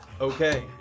Okay